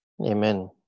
Amen